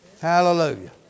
Hallelujah